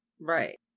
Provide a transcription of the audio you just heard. Right